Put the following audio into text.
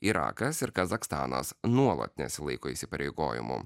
irakas ir kazachstanas nuolat nesilaiko įsipareigojimų